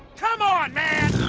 come on, man!